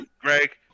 Greg